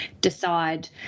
decide